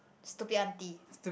stupid auntie